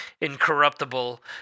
Incorruptible